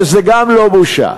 אף-על-פי שזה גם לא בושה.